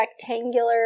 rectangular